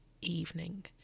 evening